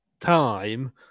time